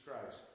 Christ